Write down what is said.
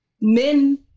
men